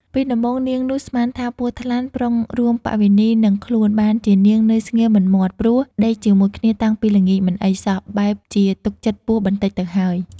ពីដំបូងនាងនោះស្មានថា ពស់ថ្លាន់ប្រុងរួមបវេណីនិងខ្លួនបានជានាងនៅស្ងៀមមិនមាត់ ព្រោះដេក ជាមួយគ្នាតាំងពីល្ងាចមិនអីសោះបែបជាទុកចិត្ដពស់បន្ដិចទៅហើយ។